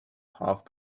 half